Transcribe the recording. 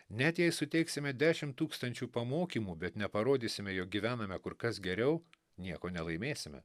net jei suteiksime dešim tūkstančių pamokymų bet neparodysime jog gyvename kur kas geriau nieko nelaimėsime